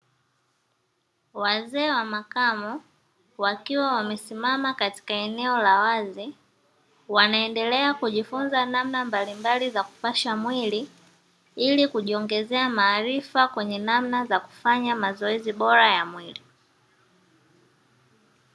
Wazee wa makamo wakiwa wamesimama katika eneo la wazi ,wanaendelea kujifunza namna mbalimbali za kupasha mwili , ili kujiongezea maarifa kwenye namna za kufanya mazoezi bora ya mwili.